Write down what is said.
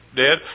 dead